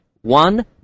one